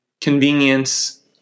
convenience